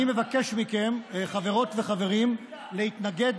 אני מבקש מכם, חברות וחברים, להתנגד